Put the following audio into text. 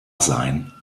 sein